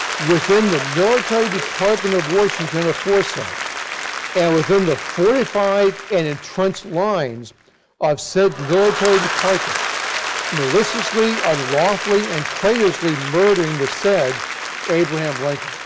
within the military department of washington aforesaid and within the fortified and intrenched lines of said military department maliciously, unlawfully, and traitorously murdering the said abraham like